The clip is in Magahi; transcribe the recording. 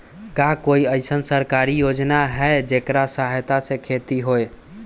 का कोई अईसन सरकारी योजना है जेकरा सहायता से खेती होय?